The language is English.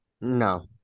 No